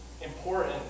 important